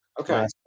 Okay